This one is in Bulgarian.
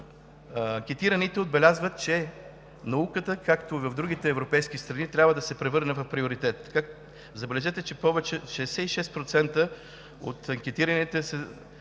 анкетираните отбелязват, че науката, както и в другите европейски страни, трябва да се превърне в приоритет. Забележете, че 66% от анкетираните се